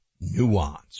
nuance